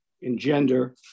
engender